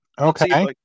Okay